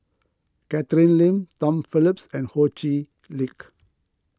Catherine Lim Tom Phillips and Ho Chee Lick